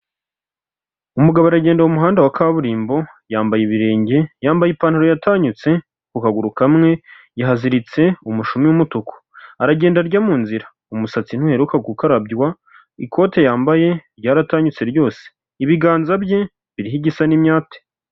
Umugabo aragenda mu muhanda wa kaburimbo, yambaye ibirenge, yambaye ipantaro yatanyutse ku kaguru kamwe yahaziritse umushumi w'umutuku, aragenda arya mu nzira, umusatsi ntuheruka gukarabywa, ikote yambaye ryaratanyutse ryose, ibiganza bye biriho igisa n'imyate.